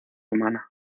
humana